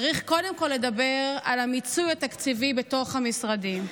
צריך קודם כול לדבר על המיצוי התקציבי בתוך המשרדים.